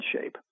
shape